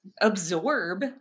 absorb